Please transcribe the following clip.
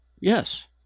yes